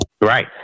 Right